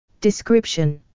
Description